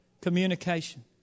Communication